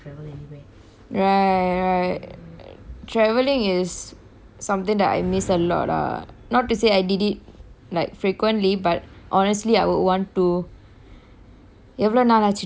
right right right traveling is something that I miss a lot ah not to say I did it like frequently but honestly I would want to எவளோ நாள் ஆச்சி:evelo naal aachi travel பண்ணி:panni